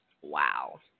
wow